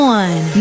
one